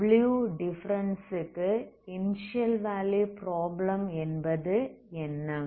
w difference க்கு initial value problem என்பது என்ன